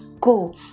go